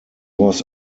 was